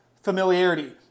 familiarity